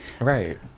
right